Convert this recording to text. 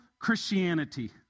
Christianity